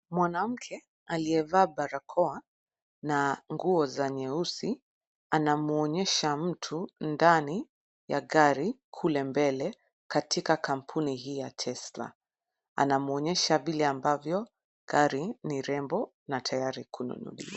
Mwanamke aliyevaa barakoa na nguo za nyeusi anamwonyesha mtu ndani ya gari kule mbele katika kampuni hii ya cs[Tesla]cs. Anamwonyesha vile ambavyo gari ni rembo na tayari kununuliwa.